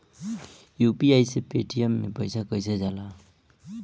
UPI से Paytm मे पैसा कइसे जाला?